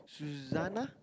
Louisana